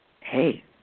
hey